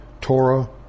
Torah